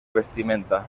vestimenta